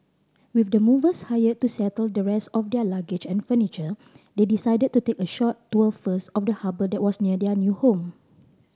with the movers hired to settle the rest of their luggage and furniture they decided to take a short tour first of the harbour that was near their new home